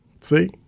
See